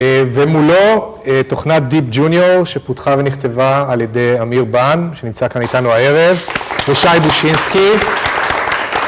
ומולו תוכנת דיפ ג'וניור שפותחה ונכתבה על ידי אמיר בן שנמצא כאן איתנו הערב ושי מושינסקי.